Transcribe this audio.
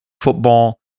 football